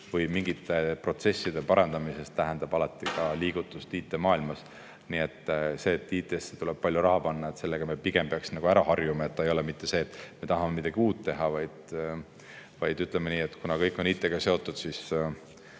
või mingite protsesside parandamisi tähendab alati ka liigutust IT‑maailmas. Nii et sellega, et IT‑sse tuleb palju raha panna, me peaks pigem ära harjuma. See ei ole mitte see, et me tahame midagi uut teha, vaid ütleme nii, et kuna kõik on IT‑ga seotud, siis